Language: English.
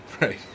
right